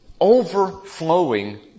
overflowing